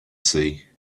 see